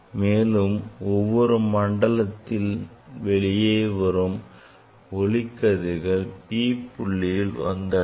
மேலும் ஒவ்வொரு மண்டலத்தின் வெளியே வரும் ஒளிக்கதிர்கள் P புள்ளியில் வந்து அடையும்